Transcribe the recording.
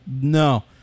No